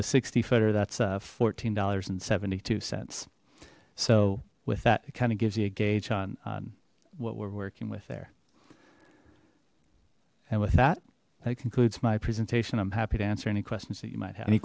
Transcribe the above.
a sixty footer that's fourteen dollars and seventy two cents so with that kind of gives you a gauge on what we're working with there and with that that concludes my presentation i'm happy to answer any questions that you might have any